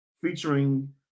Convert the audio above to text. featuring